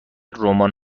رمان